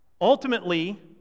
Ultimately